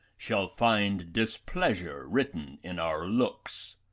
shall find displeasure written in our looks.